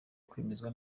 kwemezwa